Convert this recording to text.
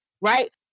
right